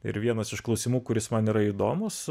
ir vienas iš klausimų kuris man yra įdomus